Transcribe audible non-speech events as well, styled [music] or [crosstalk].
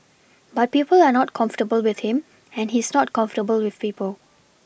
[noise] but people are not comfortable with him and he's not comfortable with people